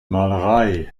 malerei